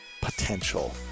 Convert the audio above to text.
potential